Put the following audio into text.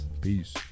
Peace